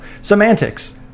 semantics